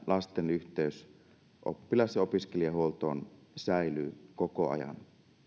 lasten yhteys oppilas ja opiskelijahuoltoon säilyy koko ajan